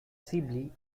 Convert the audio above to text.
sibley